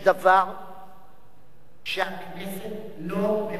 שהכנסת לא ממלאת את חובתה